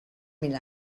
mil